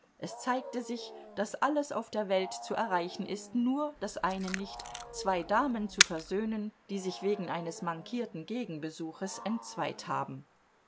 es zeigte sich daß alles auf der welt zu erreichen ist nur das eine nicht zwei damen zu versöhnen die sich wegen eines mankierten gegenbesuches entzweit haben